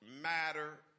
matter